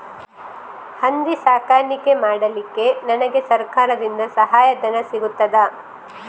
ಹಂದಿ ಸಾಕಾಣಿಕೆ ಮಾಡಲಿಕ್ಕೆ ನನಗೆ ಸರಕಾರದಿಂದ ಸಹಾಯಧನ ಸಿಗುತ್ತದಾ?